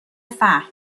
فهم